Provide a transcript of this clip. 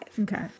Okay